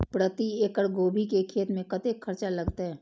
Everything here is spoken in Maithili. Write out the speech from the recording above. प्रति एकड़ गोभी के खेत में कतेक खर्चा लगते?